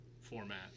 format